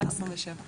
התאמנו את הנוסח.